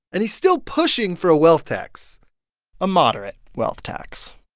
and he's still pushing for a wealth tax a moderate wealth tax